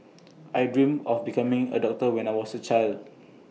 I dreamt of becoming A doctor when I was A child